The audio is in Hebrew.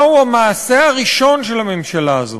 מהו המעשה הראשון של הממשלה הזו?